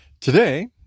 today